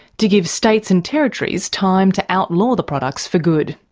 to give states and territories time to outlaw the products for good.